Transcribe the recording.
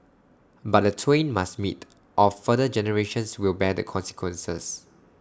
but the twain must meet or further generations will bear the consequences